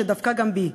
שדבקה גם בי,